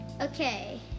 okay